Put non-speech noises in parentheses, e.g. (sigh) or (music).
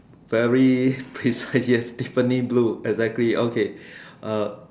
very precise (breath) yes Tiffany blue exactly okay uh